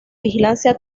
vigilancia